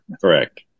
Correct